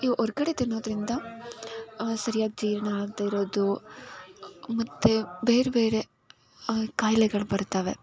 ನಾವು ಹೊರ್ಗಡೆ ತಿನ್ನೋದರಿಂದ ಸರಿಯಾಗಿ ಜೀರ್ಣ ಆಗದೇ ಇರೋದು ಮತ್ತು ಬೇರೆಬೇರೆ ಖಾಯ್ಲೆಗಳು ಬರ್ತವೆ